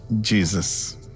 Jesus